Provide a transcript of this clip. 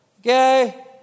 okay